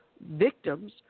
victims